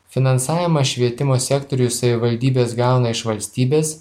finansavimą švietimo sektoriui savivaldybės gauna iš valstybės